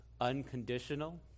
unconditional